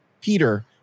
Peter